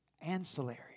ancillary